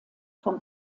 vom